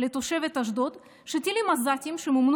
לתושבת אשדוד שטילים עזתיים שמומנו